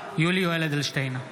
יולי יואל אדלשטיין,